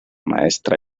maestra